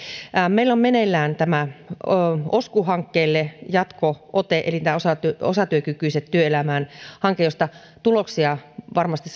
meillä on meneillään osku hankkeelle jatko ote eli tämä osatyökykyiset työelämään hanke josta tuloksia varmasti